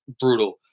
brutal